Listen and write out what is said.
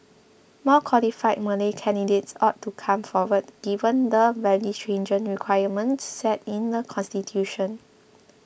more qualified Malay candidates ought to come forward given the very stringent requirements set in the constitution